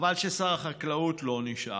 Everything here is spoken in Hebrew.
חבל ששר החקלאות לא נשאר,